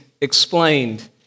explained